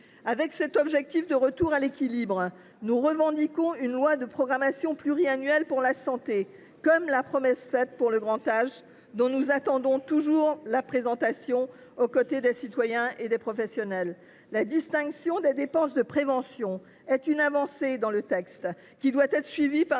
de cet objectif de retour à l’équilibre à terme, nous demandons une loi de programmation pluriannuelle pour la santé, à l’instar du texte sur le grand âge, dont nous attendons toujours la présentation, aux côtés des citoyens et des professionnels. La distinction des dépenses de prévention est une avancée de ce texte, qui doit être suivie par